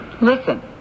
Listen